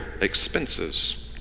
expenses